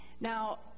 Now